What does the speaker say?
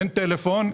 אין טלפון,